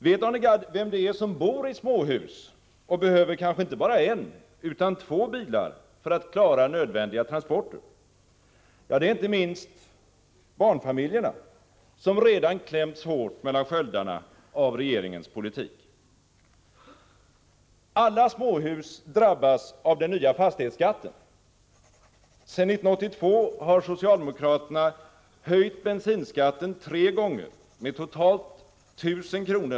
Vet Arne Gadd vilka som bor i småhus och kanske inte behöver bara en utan två bilar för att klara nödvändiga transporter? Det är inte minst barnfamiljerna, som redan klämts hårt mellan sköldarna av regeringens politik. Alla småhus drabbas av den nya fastighetsskatten. Sedan 1982 har socialdemokraterna höjt bensinskatten tre gånger med totalt 1 000 kr.